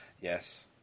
yes